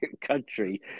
country